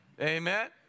Amen